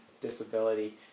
disability